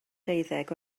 deuddeg